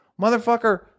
Motherfucker